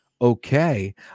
Okay